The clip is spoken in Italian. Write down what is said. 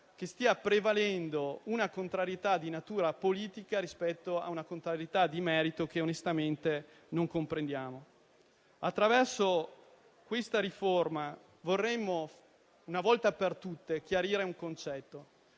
che stia prevalendo una contrarietà di natura politica, rispetto a una contrarietà di merito, che onestamente non comprendiamo. Attraverso questa riforma vorremmo, una volta per tutte, chiarire un concetto: